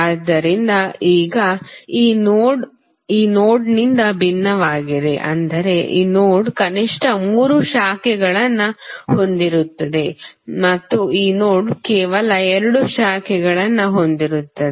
ಆದ್ದರಿಂದ ಈಗ ಈ ನೋಡ್ ಈ ನೋಡ್ನಿಂದ ಭಿನ್ನವಾಗಿದೆ ಅಂದರೆ ಈ ನೋಡ್ ಕನಿಷ್ಠ ಮೂರು ಶಾಖೆಗಳನ್ನು ಹೊಂದಿರುತ್ತದೆ ಮತ್ತು ಈ ನೋಡ್ ಕೇವಲ ಎರಡು ಶಾಖೆಗಳನ್ನು ಹೊಂದಿರುತ್ತದೆ